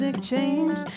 change